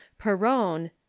Perone